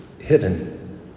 hidden